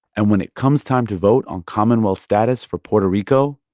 and when it comes time to vote on commonwealth status for puerto rico.